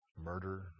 Murder